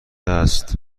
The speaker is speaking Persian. است